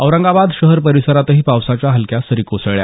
औरंगाबाद शहर परिसरातही पावसाच्या हलक्या सरी कोसळल्या